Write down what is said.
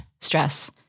stress